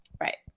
right